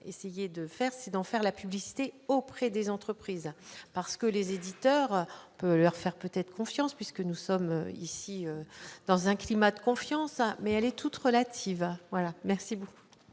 essayer de faire, c'est d'en faire la publicité auprès des entreprises, parce que les éditeurs, on peut leur faire peut-être confiance puisque nous sommes ici dans un climat de confiance, mais elle est toute relative, voilà merci beaucoup.